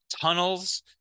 tunnels